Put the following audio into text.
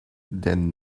then